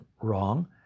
Wrong